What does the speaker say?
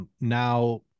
Now